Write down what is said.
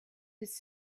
his